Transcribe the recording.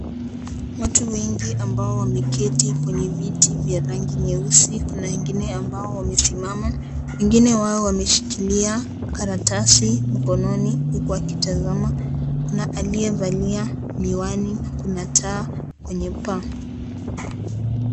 Watu wengi ambao wameketi kwenye viti vya rangi nyeusi ,wengine ambao wamesimama ,wengine wao wameshikiria karatasi mkononi huku wakitasama, kuna aliyevalia miwani na kuna taa kwenye paa.